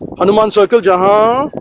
hanuman circle ah